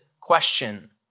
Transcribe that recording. question